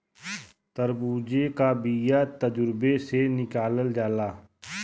तरबूजे का बिआ तर्बूजे से निकालल जाला